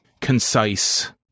concise